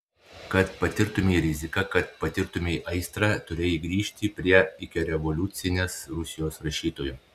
kad patirtumei riziką kad patirtumei aistrą turėjai grįžti prie ikirevoliucinės rusijos rašytojų